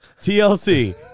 TLC